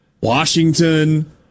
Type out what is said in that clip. Washington